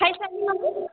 ଖାଇ ସାରିଲୁଣି ନା ତୁ